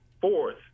fourth